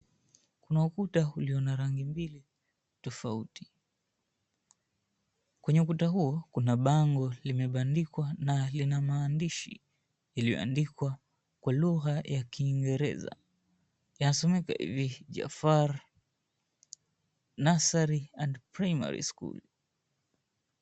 Kuna ukuta ulio na rangi mbili tofauti. Kwenye ukuta huo kuna bango lililoandikwa na linamaandishi iliyoandikwa kwa lugha ya kiingereza, yanasomeka hivi" JAFFERY NURSERY AND PRIMARY SCHOOL".